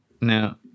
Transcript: Now